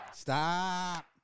Stop